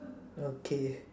okay